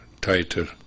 tighter